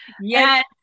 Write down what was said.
Yes